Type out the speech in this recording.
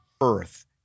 earth